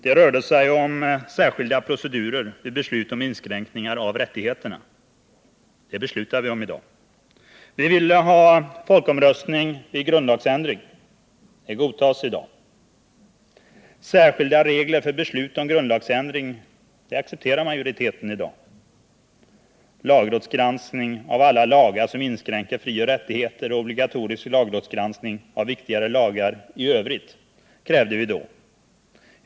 Det rörde sig om särskilda procedurer vid beslut om inskränkningar av rättigheterna. Det beslutar vi om i dag. Vi ville ha folkomröstning vid grundlagsändring. Det godtas i dag. Särskilda regler för beslut om grundlagsändring, det accepterar majoriteten i dag. Lagrådsgranskning av alla lagar som inskränker frioch rättigheterna samt obligatorisk lagrådsgranskning av viktigare lagar i övrigt krävde vi då.